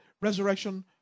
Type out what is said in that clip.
resurrection